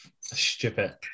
stupid